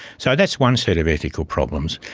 so that's one set of ethical problems.